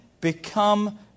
become